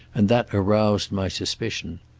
and that aroused my suspicion.